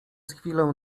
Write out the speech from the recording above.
chwilę